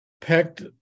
pecked